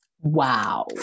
Wow